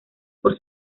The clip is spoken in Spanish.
por